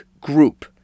Group